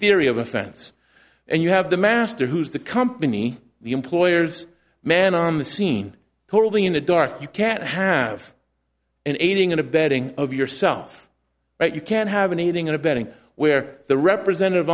theory of offense and you have the master who's the company the employer's man on the scene totally in the dark you can't have an aiding and abetting of yourself but you can have an eating and abetting where the representative